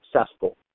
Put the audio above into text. successful